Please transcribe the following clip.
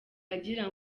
agira